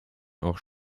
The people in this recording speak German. auch